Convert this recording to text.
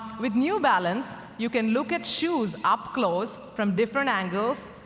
with new balance, you can look at shoes up close from different angles,